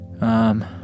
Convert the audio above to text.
Um